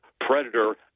predator